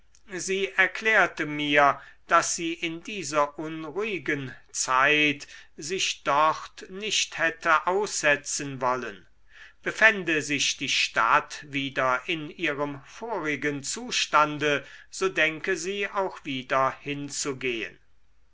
sie erklärte mir daß sie in dieser unruhigen zeit sich dort nicht hätte aussetzen wollen befände sich die stadt wieder in ihrem vorigen zustande so denke sie auch wieder hinzugehen